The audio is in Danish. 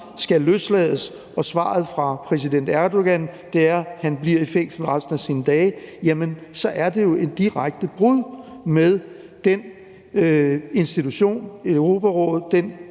skal løslades, og svaret fra præsident Erdogan er, at han bliver i fængsel resten af sine dage, så er det jo et direkte brud med den institution, altså